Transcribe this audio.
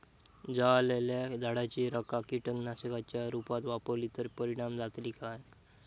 जळालेल्या झाडाची रखा कीटकनाशकांच्या रुपात वापरली तर परिणाम जातली काय?